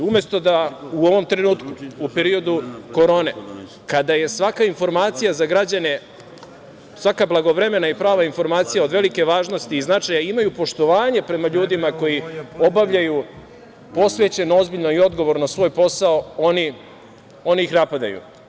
Umesto da u ovom trenutku, u periodu korone, kada je svaka informacija za građane, svaka blagovremena i prava informacija od velike važnosti i značaja, imaju poštovanje prema ljudima koji obavljaju posvećeno, ozbiljno i odgovorno svoj posao, oni ih napadaju.